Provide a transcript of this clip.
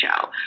show